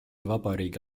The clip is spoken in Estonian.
vabariigi